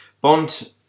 Bond –